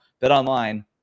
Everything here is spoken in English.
BetOnline